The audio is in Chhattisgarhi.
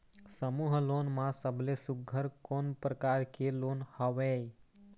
समूह लोन मा सबले सुघ्घर कोन प्रकार के लोन हवेए?